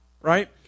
Right